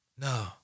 No